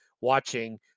watching